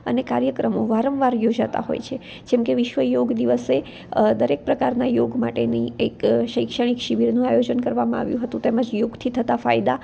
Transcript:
અને કાર્યક્રમો વારંવાર યોજાતા હોય છે જેમ કે વિશ્વ યોગ દિવસે દરેક પ્રકારના યોગ માટેની એક શૈક્ષણિક શિબિરનું આયોજન કરવામાં આવ્યું હતું તેમ જ યોગથી થતા ફાયદા